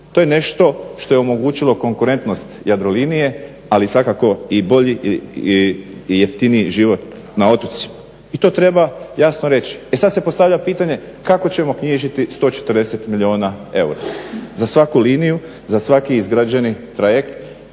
To je nešto što je omogućilo konkurentnost Jadrolinije, ali svakako i bolji i jeftiniji život na otocima. I to treba jasno reći. E sad se postavlja pitanje kako ćemo knjižiti 140 milijuna eura za svaku liniju, za svaki izgrađeni trajekt